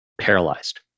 paralyzed